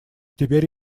теперь